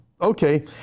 okay